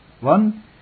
One